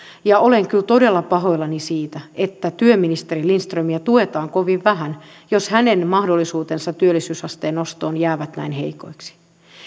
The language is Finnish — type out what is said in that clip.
ja olen kyllä todella pahoillani siitä että työministeri lindströmiä tuetaan kovin vähän jos hänen mahdollisuutensa työllisyysasteen nostoon jäävät näin heikoiksi